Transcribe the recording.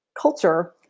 culture